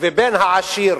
ובן העשיר